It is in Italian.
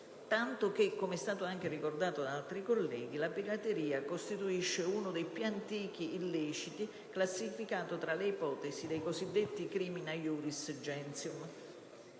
tanto che - come è stato ricordato anche da altri colleghi - la pirateria costituisce uno dei più antichi illeciti, classificato tra le ipotesi dei cosiddetti *crimina iuris gentium*.